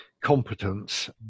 competence